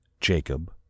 Jacob